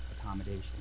accommodation